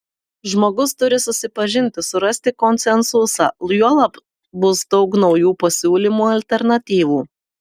žmogus turi susipažinti surasti konsensusą juolab bus daug naujų pasiūlymų alternatyvų